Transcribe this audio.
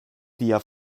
tia